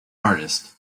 artist